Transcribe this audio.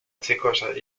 chicos